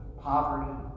poverty